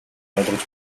ойлгож